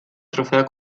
trofeo